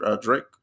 Drake